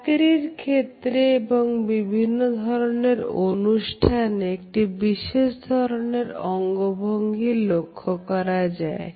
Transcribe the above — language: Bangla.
চাকরির ক্ষেত্রে এবং বিভিন্ন ধরনের অনুষ্ঠানে একটি বিশেষ ধরনের অঙ্গভঙ্গি লক্ষ্য করা যায়